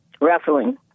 Wrestling